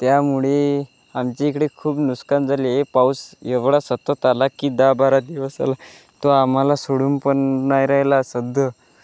त्यामुळे आमच्या इकडे खूप नुकसानी झाली आहे पाऊस एवढा सतत आला की दहा बारा दिवस आला तो आम्हाला सोडून पण नाही राहिला साधं